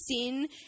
sin